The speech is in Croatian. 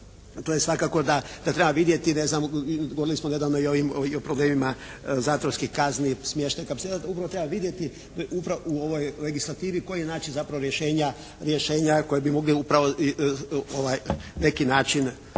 to je svakako da treba vidjeti, ne znam govorili smo nedavno i o problemima zatvorskih kazni, smještaj kapaciteta, upravo treba vidjeti u ovoj legislativi koji je način zapravo rješenja koji bi mogli upravo na neki način